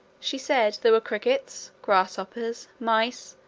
she said there were crickets, grasshoppers, mice,